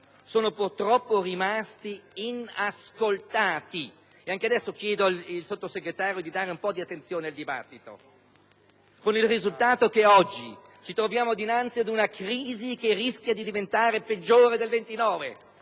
sono purtroppo rimasti inascoltati. E anche adesso chiedo al Sottosegretario di dare un po' di attenzione al dibattito. Il risultato è che oggi ci troviamo dinanzi ad una crisi che rischia di diventare peggiore di